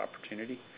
opportunity